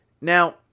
Now